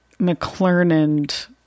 McClernand